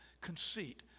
conceit